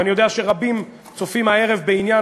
ואני יודע שרבים צופים הערב בעניין,